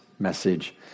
message